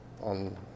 on